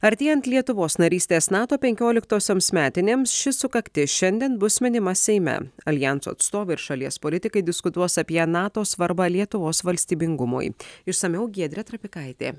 artėjant lietuvos narystės nato penkioliktosioms metinėms ši sukaktis šiandien bus minima seime aljanso atstovai ir šalies politikai diskutuos apie nato svarbą lietuvos valstybingumui išsamiau giedrė trapikaitė